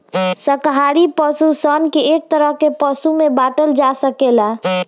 शाकाहारी पशु सन के एक तरह के पशु में बाँटल जा सकेला